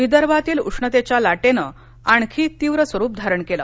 विदर्भातील उष्णतेच्या लाटेनं आणखी तीव्र स्वरूप धारण केलं